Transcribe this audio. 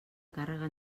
càrrega